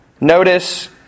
Notice